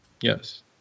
yes